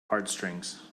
heartstrings